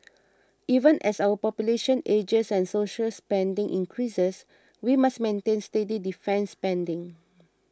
even as our population ages and social spending increases we must maintain steady defence spending